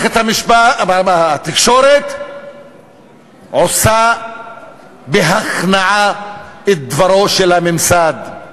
התקשורת עושה בהכנעה את דברו של הממסד.